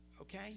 okay